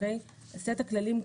סט הכללים קבוע,